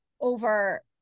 over